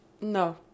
no